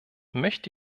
möchte